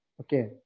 Okay